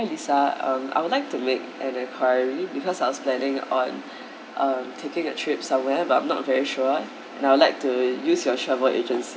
hi lisa I would like to make an enquiry really because I was planning on taking a trip somewhere but I'm not very sure now I would like to use your travel agency